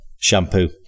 Shampoo